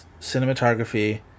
cinematography